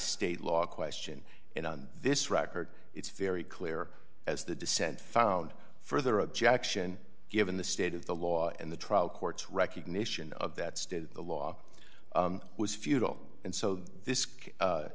state law question and on this record it's very clear as the dissent found further objection given the state of the law and the trial court's recognition of that state law was futile and so this